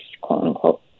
quote-unquote